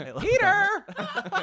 Peter